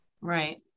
Right